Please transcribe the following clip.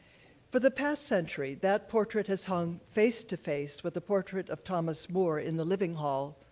for the past century, that portrait has hung face-to-face with the portrait of thomas more in the living hall,